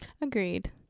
Agreed